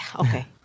Okay